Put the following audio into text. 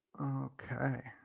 Okay